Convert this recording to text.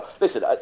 Listen